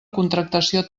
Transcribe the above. contractació